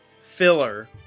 filler